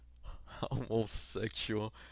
Homosexual